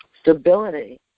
Stability